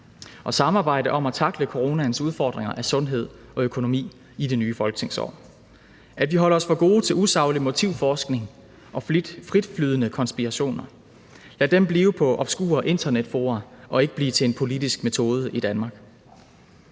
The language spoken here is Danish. og samarbejde om at tackle coronaens udfordringer i forhold til sundhed og økonomi i det nye folketingsår, og at vi holder os for gode til usaglig motivforskning og frit flydende konspirationer. Lad dem blive på obskure internetfora og ikke blive til en politisk metode i Danmark.